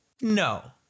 No